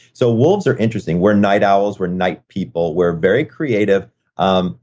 so, wolves are interesting we're night owls, we're night people. we're very creative, um